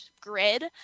grid